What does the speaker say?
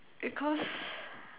because